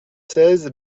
seize